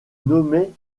nommait